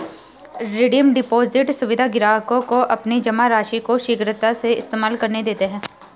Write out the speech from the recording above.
redeem deposit सुविधा ग्राहकों को अपनी जमा राशि को शीघ्रता से इस्तेमाल करने देते है